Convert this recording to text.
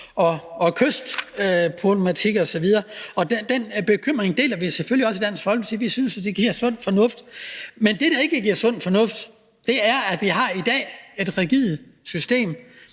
og kystproblematikker osv. Den bekymring deler vi selvfølgelig også i Dansk Folkeparti – vi synes, det er sund fornuft. Men det, der ikke er sund fornuft, er, at vi i dag har et rigidt system,